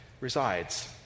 resides